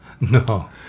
No